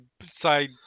side